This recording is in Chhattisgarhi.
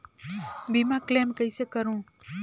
बीमा क्लेम कइसे करों?